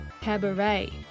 cabaret